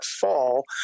fall